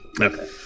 Okay